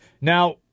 Now